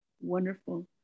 Wonderful